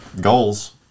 goals